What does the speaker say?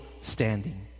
standing